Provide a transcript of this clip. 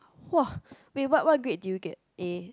!wah! wait what what grade did you get A